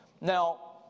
Now